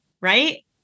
right